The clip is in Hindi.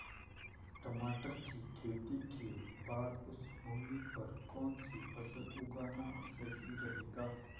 टमाटर की खेती के बाद उस भूमि पर कौन सी फसल उगाना सही रहेगा?